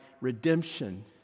redemption